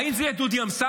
האם זה יהיה דודי אמסלם?